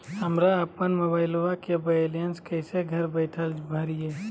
हमरा अपन मोबाइलबा के बैलेंस कैसे घर बैठल भरिए?